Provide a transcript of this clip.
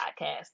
Podcast